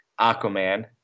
Aquaman